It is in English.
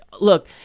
look—